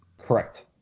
Correct